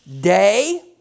Day